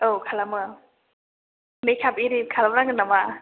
औ खालामो मेखाप एरि खालामनांगोन नामा